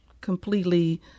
completely